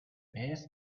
best